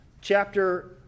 chapter